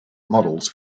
models